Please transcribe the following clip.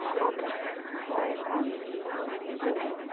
ᱦᱚᱭ ᱫᱟᱜ ᱫᱚ